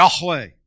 Yahweh